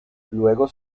luego